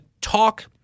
talk